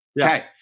Okay